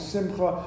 Simcha